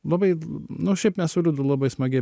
labai nu šiaip mes su liudu labai smagiai